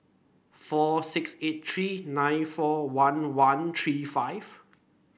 four six eight three nine four one one three five